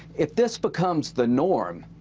if this becomes the norm,